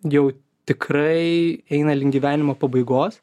jau tikrai eina link gyvenimo pabaigos